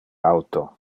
auto